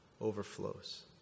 overflows